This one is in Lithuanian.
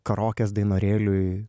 karaokės dainorėliui